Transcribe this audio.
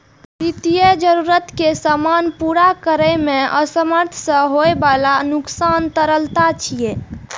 वित्तीय जरूरत कें समय पर पूरा करै मे असमर्थता सं होइ बला नुकसान तरलता जोखिम छियै